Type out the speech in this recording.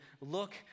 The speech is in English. look